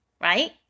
Right